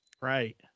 Right